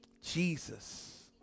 Jesus